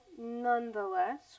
nonetheless